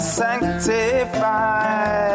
sanctify